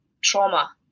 trauma